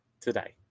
today